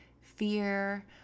fear